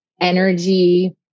energy